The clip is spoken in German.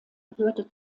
gehörte